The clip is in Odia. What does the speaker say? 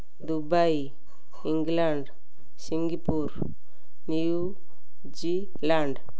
Dubai England Singapore New Zealand